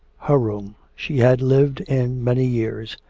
her room! she had lived in many years,